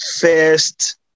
first